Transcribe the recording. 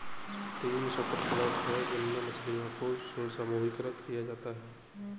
तीन सुपरक्लास है जिनमें मछलियों को समूहीकृत किया जाता है